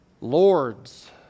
Lords